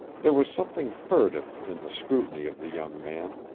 there was something furtive in the scrutiny of the young man,